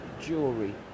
jewelry